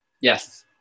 Yes